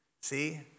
See